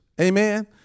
amen